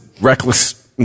reckless